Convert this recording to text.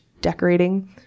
decorating